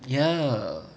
ya